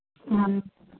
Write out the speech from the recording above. हाँ